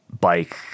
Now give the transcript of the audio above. bike